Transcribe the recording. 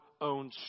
own